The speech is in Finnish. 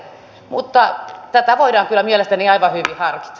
mutta tätä voidaan kyllä mielestäni aivan hyvin harkita